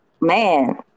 man